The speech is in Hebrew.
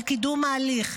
על קידום ההליך,